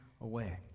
away